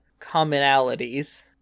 commonalities